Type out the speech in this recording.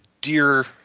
dear